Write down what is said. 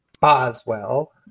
Boswell